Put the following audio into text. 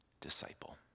disciple